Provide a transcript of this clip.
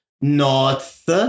north